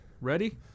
Ready